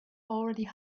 already